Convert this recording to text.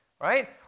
right